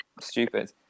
stupid